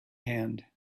hand